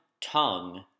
tongue